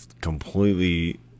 completely